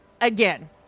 again